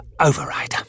override